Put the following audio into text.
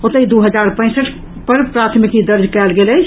ओतहि दू हजार पैंसठि प्राथमिकी दर्ज कयल गेल अछि